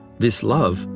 this love,